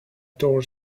door